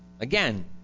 Again